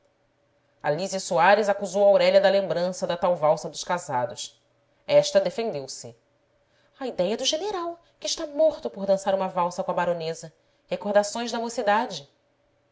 lísia soares acusou aurélia da lembrança da tal valsa dos casados esta defendeu-se a idéia é do general que está morto por dançar uma valsa com a baronesa recordações da mocidade